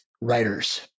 writers